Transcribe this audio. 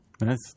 Nice